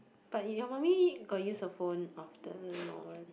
but your mummy got use her phone often or what